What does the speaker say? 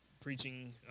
preaching